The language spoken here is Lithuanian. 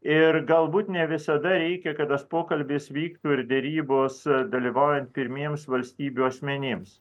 ir galbūt ne visada reikia kad tas pokalbis vyktų ir derybos dalyvaujant pirmiems valstybių asmenims